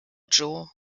joe